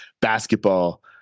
basketball